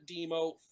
Demo